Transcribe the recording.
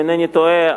אם אינני טועה,